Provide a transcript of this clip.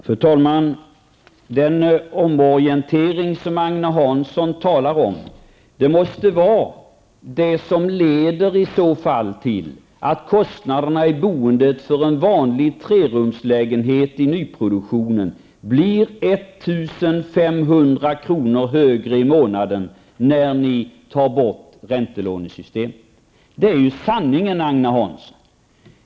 Fru talman! Den omorientering som Agne Hansson talar om måste vara det som i så fall leder till att kostnaderna för boende i en vanlig trerumslägenhet i nyproduktionen blir 1 500 kr. högre i månaden när ni tar bort räntelånesystemet. Det är sanningen, Agne Hansson.